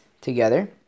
together